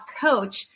coach